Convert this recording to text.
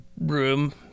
room